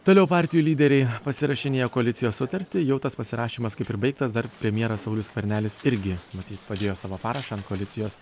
toliau partijų lyderiai pasirašinėja koalicijos sutartį jau tas pasirašymas kaip ir baigtas dar premjeras saulius skvernelis irgi matyt padėjo savo parašą ant koalicijos